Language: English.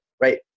right